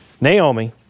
Naomi